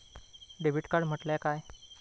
Debit card म्हटल्या काय?